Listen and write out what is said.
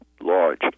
large